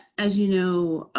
as you know,